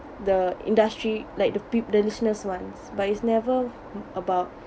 the industry like the peop~ the listeners wants but it's never about